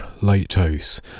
Lighthouse